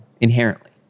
inherently